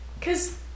Cause